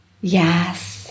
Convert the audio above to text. Yes